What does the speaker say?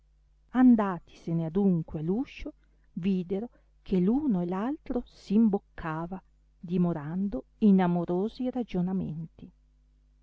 andatisene adunque a l'uscio videro che l'uno e l'altro s imboccava dimorando in amorosi ragionamenti